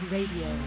Radio